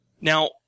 Now